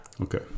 okay